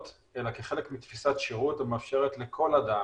אלא כחלק מתפיסת שירות המאפשרת לכל אדם,